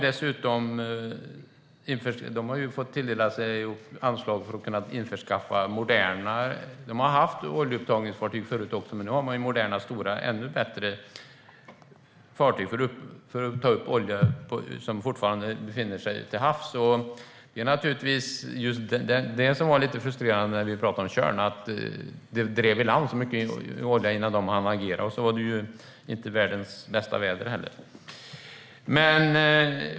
Dessutom har man fått anslag tilldelade sig för att kunna införskaffa moderna - man har haft oljeupptagningsfartyg förut också - stora ännu bättre fartyg för att sanera den olja som befinner sig till havs. Det som var så frustrerande i fråga om Tjörn var att det drev i land så mycket olja innan man hann agera, och sedan var det inte heller världens bästa väder.